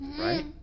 right